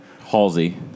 Halsey